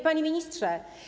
Panie Ministrze!